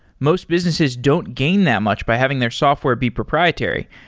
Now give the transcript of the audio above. most businesses don't gain that much by having their software be proprietary.